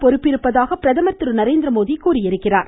பொறுப்பிருப்பதாக பிரதமர் திரு நரேந்திரமோடி தெரிவித்திருக்கிறார்